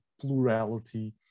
plurality